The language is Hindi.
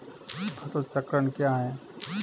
फसल चक्रण क्या है?